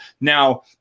Now